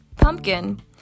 pumpkin